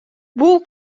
бул